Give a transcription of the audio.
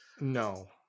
No